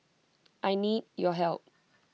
I need your help